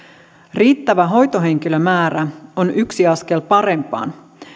riittävä hoitohenkilömäärä on yksi askel parempaan